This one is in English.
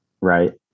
Right